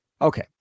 Okay